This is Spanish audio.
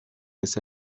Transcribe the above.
este